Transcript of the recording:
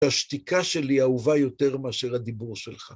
השתיקה שלי אהובה יותר מאשר הדיבור שלך.